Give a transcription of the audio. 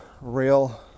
real